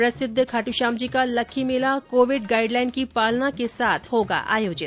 प्रसिद्ध खाटूश्यामजी का लक्खी मेला कोविड गाइड लाइन की पालना के साथ होगा आयोजित